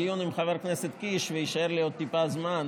אם אני אסיים את הדיון עם חבר הכנסת קיש ויישאר לי עוד טיפה זמן,